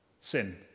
sin